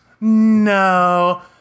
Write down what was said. No